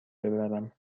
ببرم